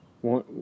One